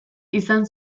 izan